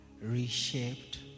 reshaped